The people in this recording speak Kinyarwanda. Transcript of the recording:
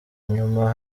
nyuma